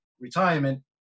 retirement